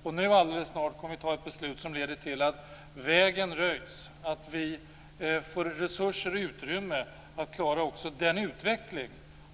Vi kommer alldeles snart att ta ett beslut som leder till att vägen röjs för att vi får resurser och utrymme för att klara också den utveckling